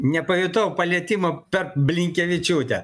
nepajutau lietimo per blinkevičiūtę